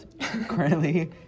currently